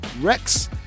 Rex